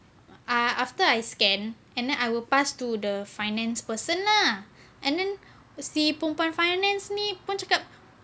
ah after I scan and then I will pass to the finance person lah and then mesti perempuan finance ni pun cakap